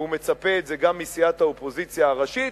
והוא מצפה את זה גם מסיעת האופוזיציה הראשית.